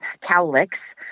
cowlicks